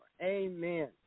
Amen